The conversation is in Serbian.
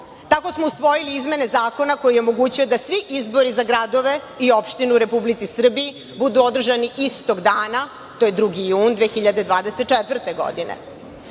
Tako smo usvojili i izmene zakona koji je omogućio da svi izbori za gradove i opštine u Republici Srbiji budu održani istog dana to je 2. jun 2024.